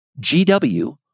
GW